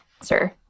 Sir